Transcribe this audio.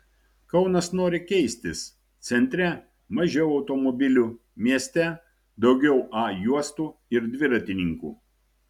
kaunas nori keistis centre mažiau automobilių mieste daugiau a juostų ir dviratininkų